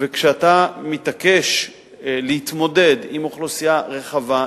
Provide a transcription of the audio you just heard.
וכשאתה מתעקש להתמודד עם אוכלוסייה רחבה,